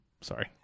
sorry